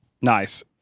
Nice